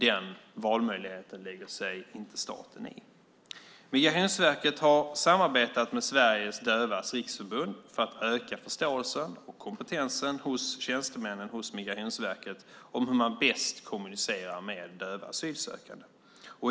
Den valmöjligheten lägger sig inte staten i. Migrationsverket har samarbetat med Sveriges Dövas Riksförbund för att öka förståelsen och kompetensen hos tjänstemännen hos Migrationsverket om hur man bäst kommunicerar med döva asylsökande.